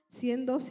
siendo